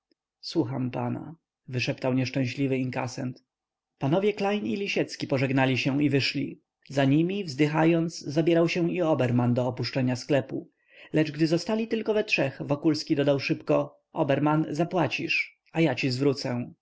słucham pana wyszeptał nieszczęśliwy inkasent panowie klejn i lisiecki pożegnali się i wyszli za nimi wzdychając zabierał się i oberman do opuszczenia sklepu lecz gdy zostali tylko we trzech wokulski dodał szybko oberman zapłacisz a ja ci zwrócę